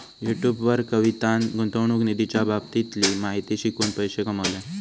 YouTube वर कवितान गुंतवणूक निधीच्या बाबतीतली माहिती शिकवून पैशे कमावल्यान